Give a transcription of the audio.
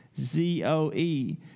Z-O-E